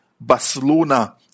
Barcelona